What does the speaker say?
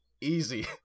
easy